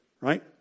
right